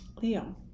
leo